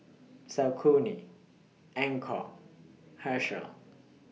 Saucony Anchor Herschel